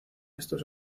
estos